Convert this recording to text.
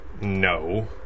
No